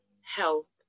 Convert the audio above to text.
health